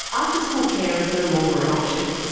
after school care is no longer an option.